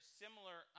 similar